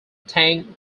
tang